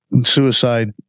suicide